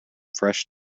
fresh